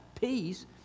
peace